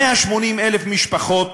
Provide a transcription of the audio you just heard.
180,000 משפחות,